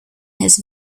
his